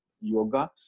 yoga